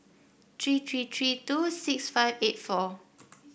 three three three two six five eight four